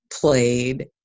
played